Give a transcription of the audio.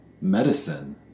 medicine